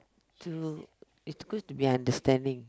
to is good to be understanding